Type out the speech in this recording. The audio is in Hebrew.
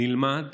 נלמד